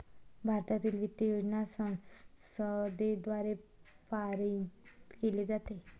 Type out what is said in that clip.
भारतातील वित्त योजना संसदेद्वारे पारित केली जाते